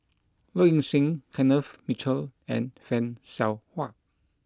Low Ing Sing Kenneth Mitchell and Fan Shao Hua